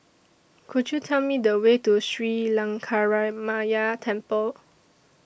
Could YOU Tell Me The Way to Sri Lankaramaya Temple